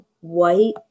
white